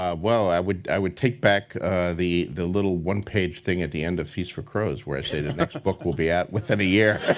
um well, i would i would take back the the little one-page thing at the end of feast for crows where i say that the next book will be out within a year.